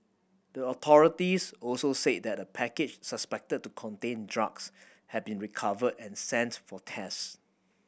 the authorities also said that a package suspected to contain drugs had been recovered and sent for test